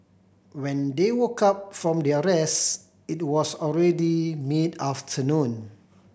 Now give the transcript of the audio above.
when they woke up from their rest it was already mid afternoon